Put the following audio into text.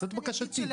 זאת הבקשה שלי.